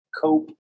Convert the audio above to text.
Cope